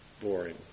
boring